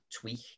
tweak